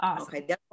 Okay